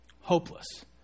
hopeless